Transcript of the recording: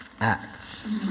acts